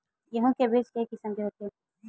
गेहूं के बीज के किसम के होथे?